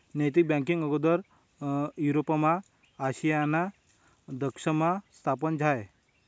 नैतिक बँकींग आगोदर युरोपमा आयशीना दशकमा स्थापन झायं